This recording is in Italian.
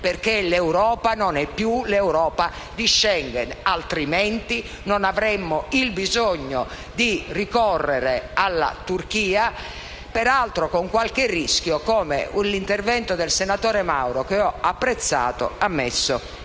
perché l'Europa non è più l'Europa di Schengen, altrimenti non avremmo il bisogno di ricorrere alla Turchia, peraltro con qualche rischio come l'intervento del senatore Mauro, che ho apprezzato, ha messo